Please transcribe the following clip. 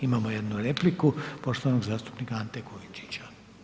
Imamo jednu repliku poštovanog zastupnika Ante Kujundžića.